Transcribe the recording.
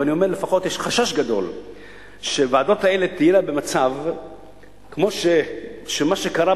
אבל לפחות יש חשש גדול שהוועדות האלה תהיינה במצב שמה שקרה